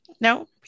No